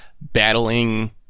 battling